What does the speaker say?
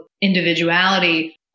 individuality